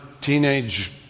teenage